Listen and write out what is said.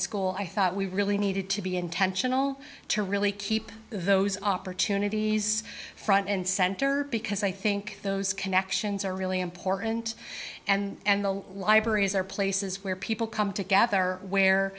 school i thought we really needed to be intentional to really keep those opportunities front and center because i think those connections are really important and the libraries are places where people come together where